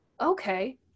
okay